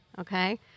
okay